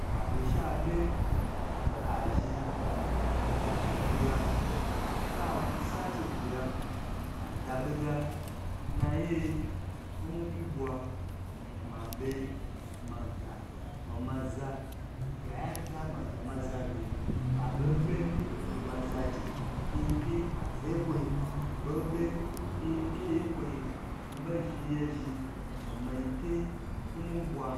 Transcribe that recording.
Wa be sha be abe azhi agu cheki ya she a gu sa cheki ya adaboda n naye yi nmiku bwa ma be ma ga ma za gayata maga maza ge oma zaje yi pyi kazaye kwo yi bobe nyi pyi nkwon n bo zhn ye zhi nmiyi pye nmibwa